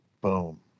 Boom